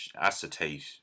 acetate